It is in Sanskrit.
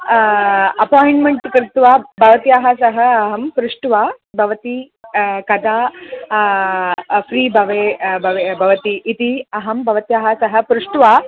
अपायिण्ट्मेण्ट् कृत्वा भवत्याः सह अहं पृष्ट्वा भवती कदा फ़्री भवति इति अहं भवत्याः सह पृष्ट्वा